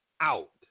out